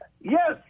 yes